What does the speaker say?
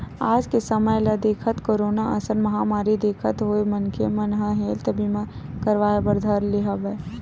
आज के समे ल देखत, कोरोना असन महामारी देखत होय मनखे मन ह हेल्थ बीमा करवाय बर धर ले हवय